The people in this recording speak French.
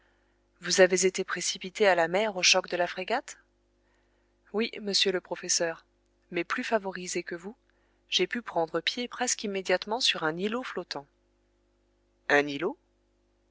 vous avez été précipité à la mer au choc de la frégate oui monsieur le professeur mais plus favorisé que vous j'ai pu prendre pied presque immédiatement sur un îlot flottant un îlot